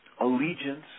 allegiance